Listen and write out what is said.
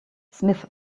smith